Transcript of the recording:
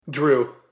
Drew